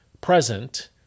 present